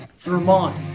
Vermont